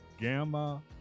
gamma